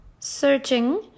searching